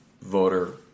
voter